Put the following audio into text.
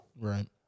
right